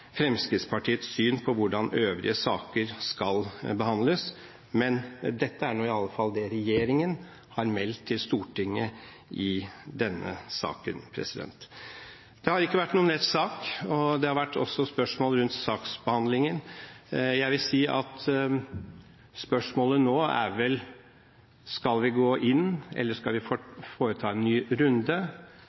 Fremskrittspartiets syn på hvordan øvrige saker skal behandles. Men dette er nå i alle fall det regjeringen har meldt til Stortinget i denne saken. Det har ikke vært noen lett sak, og det har også vært spørsmål rundt saksbehandlingen. Jeg vil si at spørsmålet nå er: Skal vi gå inn, eller skal vi foreta en ny runde?